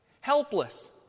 helpless